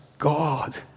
God